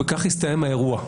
בכך יסתיים האירוע.